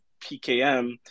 PKM